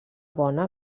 bona